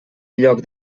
lloc